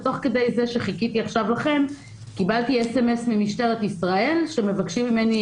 ותוך כדי זה שחיכיתי לכם עכשיו קיבלתי SMS ממשטרת ישראל שמבקש ממני,